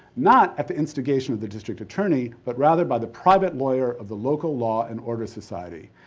not at the instigation of the district attorney, but rather by the private lawyer of the local law and order society.